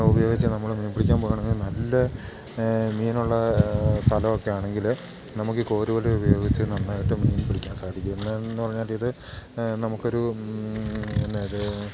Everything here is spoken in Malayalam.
ഉപയോഗിച്ച് നമ്മള് മീൻ പിടിക്കാൻ പോകുകയാണെങ്കിൽ നല്ല മീനുള്ള സ്ഥലമൊക്കെ ആണെങ്കില് നമുക്ക് ഈ കോരുവല ഉപയോഗിച്ച് നന്നായിട്ട് മീൻ പിടിക്കാൻ സാധിക്കും എന്നാന്ന് പറഞ്ഞാല് ഇത് നമുക്കൊരു പിന്നെ അത്